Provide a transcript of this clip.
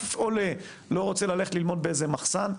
אף עולה לא רוצה ללכת ללמוד באיזה מחסן,